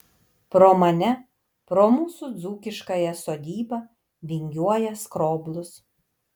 pro mane pro mūsų dzūkiškąją sodybą vingiuoja skroblus